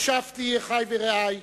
ושבתי, אחי ורעי,